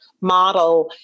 model